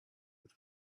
with